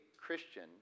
Christian